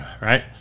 right